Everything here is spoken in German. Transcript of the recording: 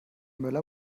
möller